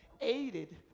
Aided